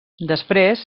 després